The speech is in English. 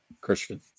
Christian